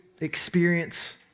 experience